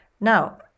Now